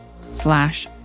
slash